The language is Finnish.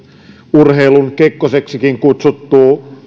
urheilun kekkoseksikin kutsuttu